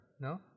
No